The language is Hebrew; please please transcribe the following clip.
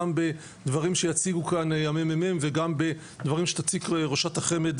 גם בדברים שיציגו כאן הממ"מ וגם בדברים שתציג ראשת החמ"ד,